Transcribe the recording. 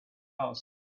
passed